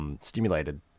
Stimulated